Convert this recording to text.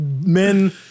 men